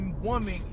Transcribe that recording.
woman